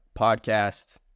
podcast